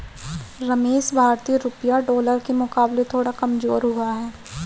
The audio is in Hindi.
रमेश भारतीय रुपया डॉलर के मुकाबले थोड़ा कमजोर हुआ है